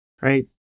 Right